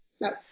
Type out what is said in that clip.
No